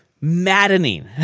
maddening